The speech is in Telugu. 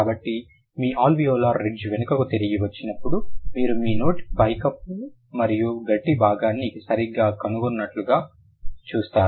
కాబట్టి మీరు అల్వియోలార్ రిడ్జ్ వెనుకకు తిరిగి వచ్చినప్పుడు మీరు మీ నోటి పైకప్పు యొక్క గట్టి భాగాన్ని సరిగ్గా కనుగొన్నట్లుగా చూస్తారు